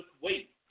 wait